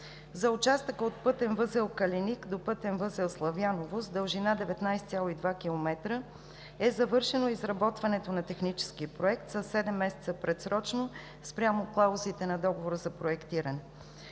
За участъка от пътен възел „Каленик“ до пътен възел „Славяново“ с дължина 19,2 км е завършено изработването на Технически проект със седем месеца предсрочно спрямо клаузите на Договора за проектиране.